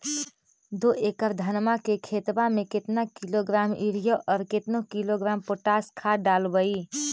दो एकड़ धनमा के खेतबा में केतना किलोग्राम युरिया और केतना किलोग्राम पोटास खाद डलबई?